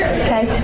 okay